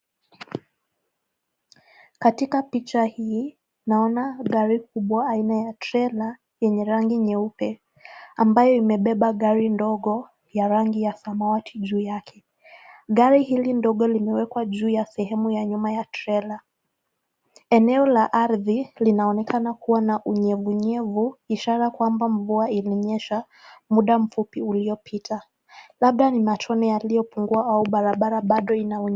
Katika picha hii naona gari kubwa aina ya trela yenye rangi nyeupe. Ambayo imebeba gari ndogo ya rangi samawati juu yake. Gari hili ndogo limewekwa juu ya sehemu ya nyuma trela. Eneo la arthi linaonekana liliwa na unyevunyevu ishara kwamba mvua ilienyesha muda mvupi ulio pita. Labda ni matumi yaliyo pungua ama barbara Bado ina.